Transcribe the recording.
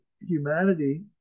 humanity